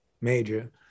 Major